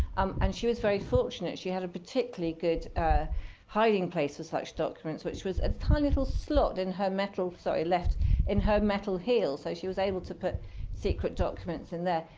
um and she was very fortunate. she had a particularly good hiding place for such documents, which was a tiny little slot in her metal so sorry, left in her metal heel. so she was able to put secret documents in there.